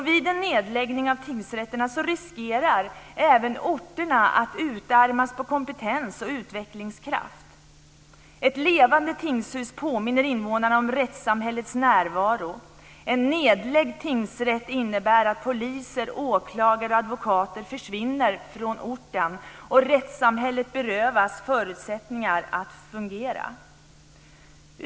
Vid en nedläggning av tingsrätterna riskerar även orterna att utarmas på kompetens och utvecklingskraft. Ett levande tingshus påminner invånarna om rättssamhällets närvaro. En nedlagd tingsrätt innebär att poliser, åklagare och advokater försvinner från orten - rättssamhället berövas förutsättningar att fungera.